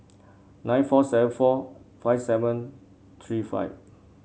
nine four seven four five seven three five